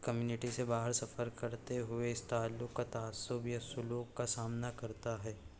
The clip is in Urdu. کمیونٹی سے باہر سفر کرتے ہوئے اس تعلق کا تعصب یا سلوک کا سامنا کرتا ہے